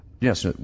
Yes